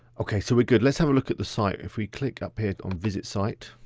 okay, so we're good. let's have a look at the site. if we click up here on visit site.